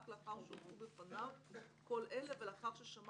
רק לאחר שהובאו בפניו כל אלה ולאחר ששמע